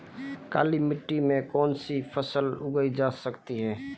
काली मिट्टी में कौनसी फसलें उगाई जा सकती हैं?